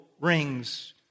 rings